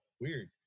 weird